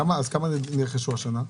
כמה נרכשו השנה?